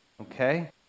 okay